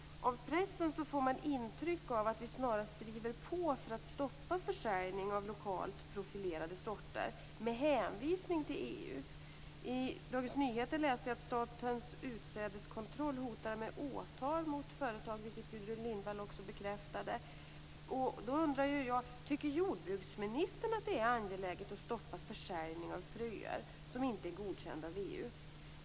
Av pressen får man intrycket att vi, med hänvisning till EU, snarast drivit på för att stoppa försäljning av lokala profilerade sorter. I Dagens Nyheter har jag läst att Statens utsädeskontroll hotar med åtal mot företag, vilket Gudrun Lindvall bekräftade. Jag undrar om jordbruksministern tycker att det är angeläget att stoppa försäljning av fröer som inte är godkända av EU?